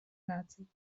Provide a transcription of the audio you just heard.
наций